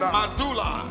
Madula